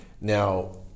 now